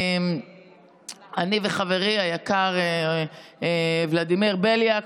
אני וחברי היקר ולדימיר בליאק,